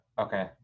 Okay